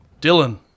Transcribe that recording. Dylan